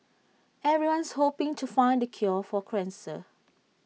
everyone's hoping to find the cure for cancer